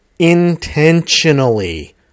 intentionally